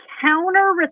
counter